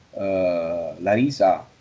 Larisa